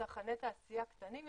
צרכני תעשייה קטנים יותר.